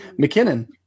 McKinnon